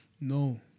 No